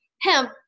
Hemp